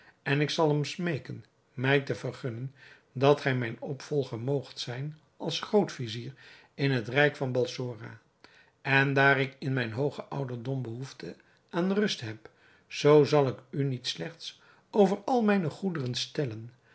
en ik zal hem smeeken mij te vergunnen dat gij mijn opvolger moogt zijn als groot-vizier in het rijk van balsora en daar ik in mijn hoogen ouderdom behoefte aan rust heb zoo zal ik u niet slechts over al mijne goederen stellen